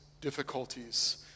difficulties